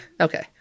Okay